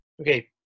okay